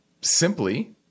simply